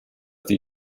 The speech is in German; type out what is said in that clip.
die